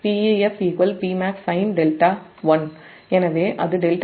எனவே அதுδ δ1